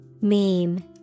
Meme